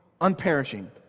unperishing